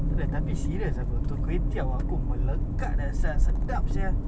takde tapi serious apa tu kway teow aku melekat dah sia sedap sia